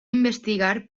investigar